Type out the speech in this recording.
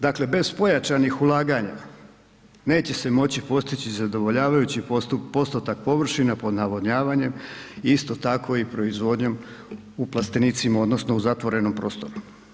Dakle bez pojačanih ulaganja neće se moći postići zadovoljavajući postotak površina pod navodnjavanjem, i isto tako i proizvodnjom u plastenicima, odnosno u zatvorenom prostoru.